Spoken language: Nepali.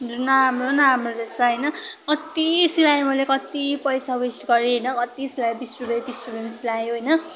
नराम्रो न नराम्रो रहेछ होइन कति सिलाइ गरेँ कति पैसा वेस्ट गरे होइन कति सिलाए बिस रुपियाँ तिस रुपियाँमा सिलायो होइन